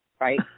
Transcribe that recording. right